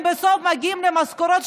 עבר הזמן,